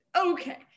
Okay